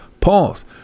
Pause